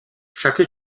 chaque